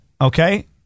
Okay